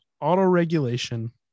auto-regulation